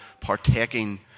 partaking